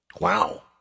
Wow